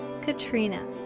Katrina